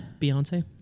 Beyonce